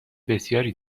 بسیاری